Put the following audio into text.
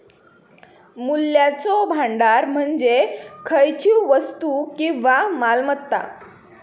मूल्याचो भांडार म्हणजे खयचीव वस्तू किंवा मालमत्ता